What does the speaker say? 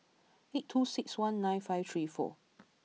eight two six one nine five three four